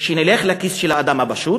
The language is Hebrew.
נלך לכיס של האדם הפשוט,